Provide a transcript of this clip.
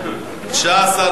חשבתי שעברנו לנושא הבא.